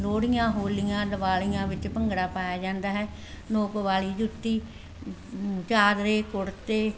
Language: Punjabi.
ਲੋਹੜੀਆਂ ਹੋਲੀਆਂ ਦਿਵਾਲੀਆਂ ਵਿੱਚ ਭੰਗੜਾ ਪਾਇਆ ਜਾਂਦਾ ਹੈ ਨੋਕ ਵਾਲੀ ਜੁੱਤੀ ਚਾਦਰੇ ਕੁੜਤੇ